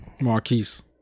marquise